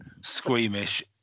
Squeamish